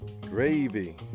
Gravy